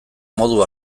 modu